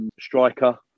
Striker